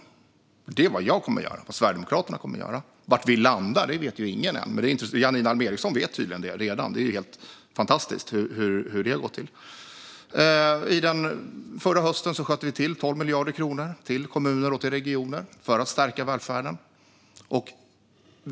Det är vad jag och Sverigedemokraterna kommer att göra. Ingen vet än var vi landar, förutom Janine Alm Ericson som tydligen redan vet det. Det är helt fantastiskt. Hur har det gått till? Förra hösten sköt vi till 12 miljarder kronor till kommuner och regioner för att stärka välfärden.